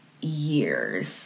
years